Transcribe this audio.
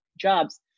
jobs